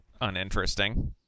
uninteresting